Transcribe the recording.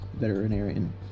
veterinarian